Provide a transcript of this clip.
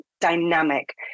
dynamic